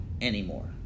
anymore